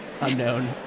Unknown